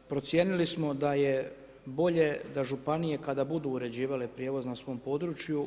I procijenili smo da je bolje, da županije, kada budu uređivale prijevoz na svom području,